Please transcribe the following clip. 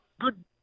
good